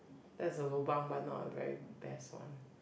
that's a lobang but not a very best one